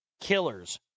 killers